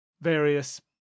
various